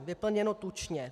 Vyplněno tučně.